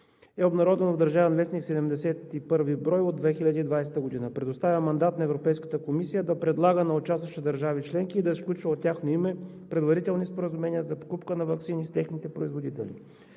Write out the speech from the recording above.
е обнародвано в „Държавен вестник“, бр. 71 от 2020 г. Предоставя мандат на Европейската комисия да предлага на участващите държави членки да сключва от тяхно име предварителни споразумения за покупка на ваксини с техните производители.